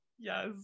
Yes